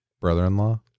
brother-in-law